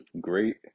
great